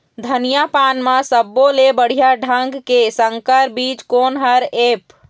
धनिया पान म सब्बो ले बढ़िया ढंग के संकर बीज कोन हर ऐप?